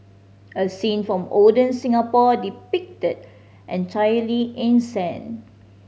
a scene from olden Singapore depicted entirely in sand